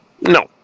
No